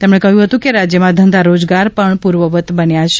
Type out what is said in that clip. તેમણે કહ્યું હતું કે રાજ્યમાં ધંધા રોજગાર પૂર્વવત બન્યા છે